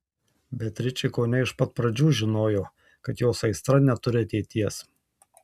beatričė kone iš pat pradžių žinojo kad jos aistra neturi ateities